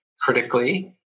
critically